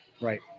Right